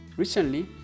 Recently